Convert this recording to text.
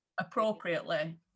appropriately